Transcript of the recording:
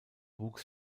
wuchs